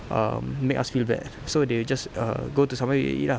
um make us feel bad so they will just err go to somewhere we can eat lah